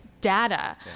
data